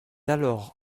alors